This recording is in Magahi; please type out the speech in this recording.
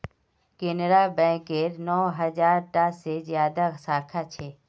केनरा बैकेर नौ हज़ार टा से ज्यादा साखा छे